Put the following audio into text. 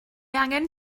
angen